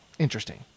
Interesting